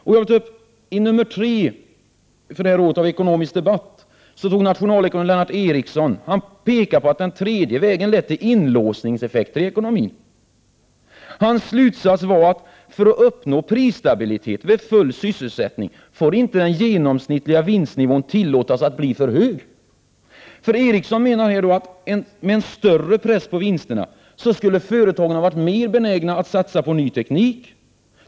I nr tre år 1989 av Ekonomisk debatt påpekar nationalekonomen Lennart Erixsson att den tredje vägen har lett till inlåsningseffekter i ekonomin. Hans slutsats är: ”För att uppnå prisstabilitet vid full sysselsättning får inte den genomsnittliga vinstnivån tillåtas att bli för hög.” Erixsson menar att med större press på vinsterna skulle företagen vara mer benägna att satsa på ny teknik.